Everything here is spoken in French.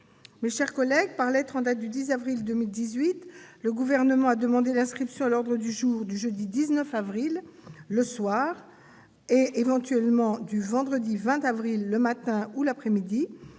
du scrutin. Par lettre en date du 10 avril 2018, le Gouvernement a demandé l'inscription à l'ordre du jour du jeudi 19 avril, le soir, et, éventuellement, du vendredi 20 avril, le matin et l'après-midi,